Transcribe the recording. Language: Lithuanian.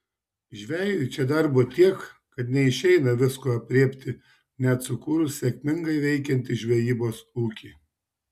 žvejui čia darbo tiek kad neišeina visko aprėpti net sukūrus sėkmingai veikiantį žvejybos ūkį